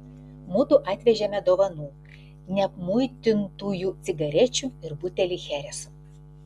mudu atvežėme dovanų neapmuitintųjų cigarečių ir butelį chereso